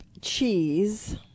cheese